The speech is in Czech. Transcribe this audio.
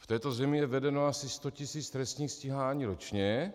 V této zemi je vedeno asi sto tisíc trestních stíhání ročně.